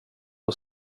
och